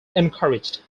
encouraged